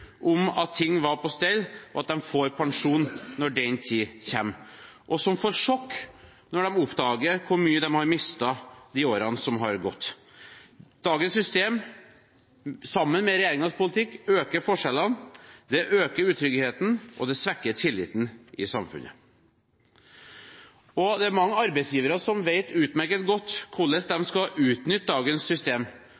om at ting var på stell, og at de får pensjon når den tid kommer, og som får sjokk når de oppdager hvor mye de har mistet de årene som har gått. Dagens system, sammen med regjeringens politikk, øker forskjellene. Det øker utryggheten og det svekker tilliten i samfunnet. Det er mange arbeidsgivere som vet utmerket godt hvordan